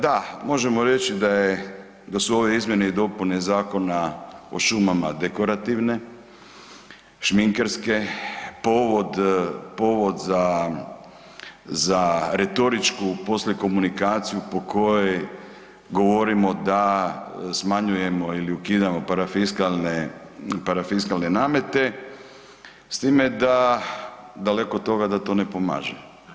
Da, možemo reći da je, da su ove izmjene i dopune Zakona o šumama dekorativne, šminkerske, povod, povod za, za retoričku poslije komunikaciju po kojoj govorimo da smanjujemo ili ukidamo parafiskalne, parafiskalne namete s time da daleko od toga da to ne pomaže.